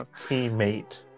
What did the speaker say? teammate